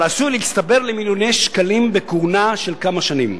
אבל עשוי להצטבר למיליוני שקלים בכהונה של כמה שנים.